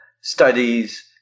studies